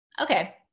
Okay